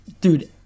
dude